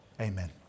Amen